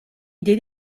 idée